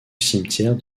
cimetière